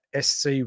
SC